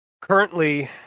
currently